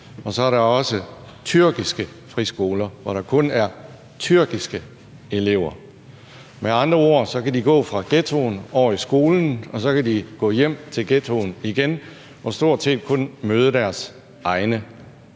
og så er der også tyrkiske friskoler, hvor der kun er tyrkiske elever. Med andre ord kan de gå fra ghettoen over i skolen, og så kan de gå hjem til ghettoen igen og stort set kun møde deres egne.